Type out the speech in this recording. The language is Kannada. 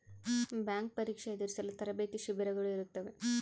ಬ್ಯಾಂಕ್ ಪರೀಕ್ಷೆ ಎದುರಿಸಲು ತರಬೇತಿ ಶಿಬಿರಗಳು ಇರುತ್ತವೆ